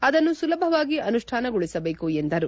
ಅದನ್ನು ಸುಲಭವಾಗಿ ಅನುಷ್ಠಾನಗೊಳಿಸಬೇಕು ಎಂದರು